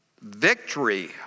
Victory